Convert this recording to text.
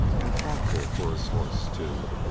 and thoughtful for his horse, too.